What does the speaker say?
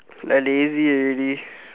like lazy already